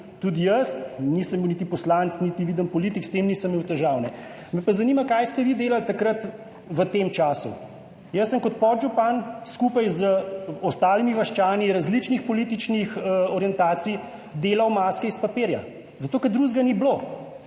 Tudi jaz nisem bil niti poslanec niti viden politik, s tem nisem imel težav. Me pa zanima, kaj ste vi delali takrat v tem času. Jaz sem kot podžupan skupaj z ostalimi vaščani različnih političnih orientacij delal maske iz papirja, zato ker drugega ni bilo.